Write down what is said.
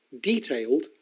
detailed